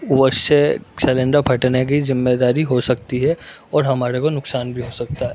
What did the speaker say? اس سے سلینڈر پھٹنے کی ذمہ داری ہو سکتی ہے اور ہمارے کو نقصان بھی ہو سکتا ہے